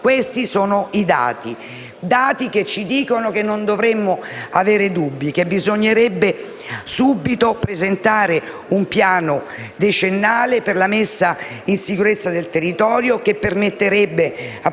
Questi sono i dati che ci dicono che non dovremmo avere dubbi e che bisognerebbe presentare subito un piano decennale per la messa in sicurezza del territorio, che permetterebbe